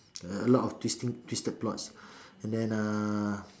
a lot of twisting twisted plots and then uh